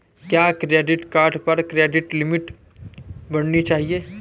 क्या credit card पर credit limit बढ़ानी चाहिए?